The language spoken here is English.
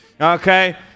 Okay